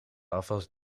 afwas